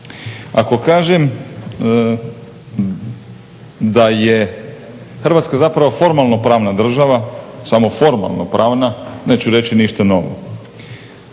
Ako kažem da je Hrvatska zapravo formalno pravna država, samo formalno pravna, neću reći ništa novo.